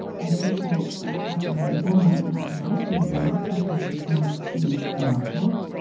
and people at the label might not like your work because it's not seen as commercial,